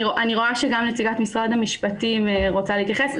אני רואה שגם נציגת משרד המשפטים רוצה להתייחס לכך.